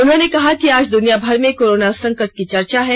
उन्होंने कहा कि आज दुनियाभर में करोना संकट की चर्चा है